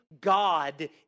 God